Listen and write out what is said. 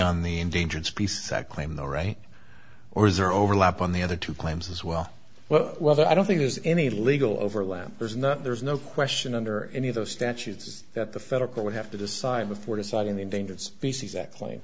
on the endangered species act claim the right or is there overlap on the other two claims as well well well that i don't think there's any legal overlap there's not there's no question under any of those statutes that the federal court would have to decide before deciding the endangered species act pla